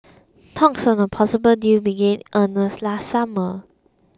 talks on a possible deal began earnest last summer